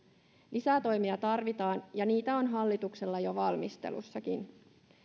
lisää toimia tarvitaan ja niitä on hallituksella jo valmistelussakin